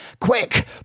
quick